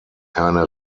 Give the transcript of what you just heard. keine